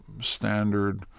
standard